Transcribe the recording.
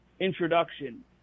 introduction